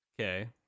Okay